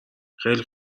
خیلی